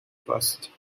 first